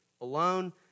alone